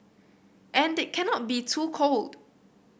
and it cannot be too cold